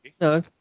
No